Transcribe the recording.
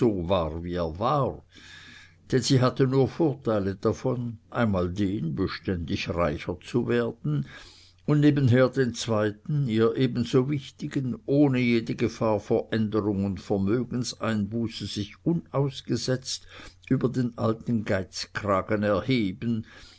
denn sie hatte nur vorteile davon einmal den beständig reicher zu werden und nebenher den zweiten ihr ebenso wichtigen ohne jede gefahr vor änderung und vermögenseinbuße sich unausgesetzt über den alten geizkragen erheben